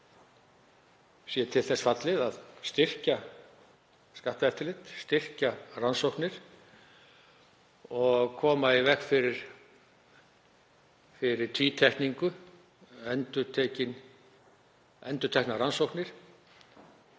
sé til þess fallið að styrkja skatteftirlit, styrkja rannsóknir og koma í veg fyrir tvítekningu, endurteknar rannsóknir.